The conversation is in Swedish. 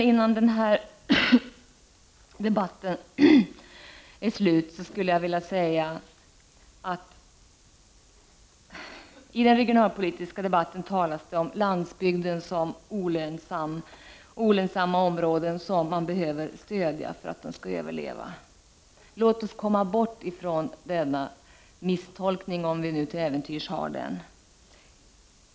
Innan den här debatten är slut, skulle jag vilja säga något om att landsbygden i den regionalpolitiska debatten beskrivs som olönsam. Det talas om olönsamma områden som behöver stödjas för att de skall överleva. Låt oss komma bort från denna misstolkning, om vi nu till äventyrs gör den.